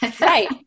Right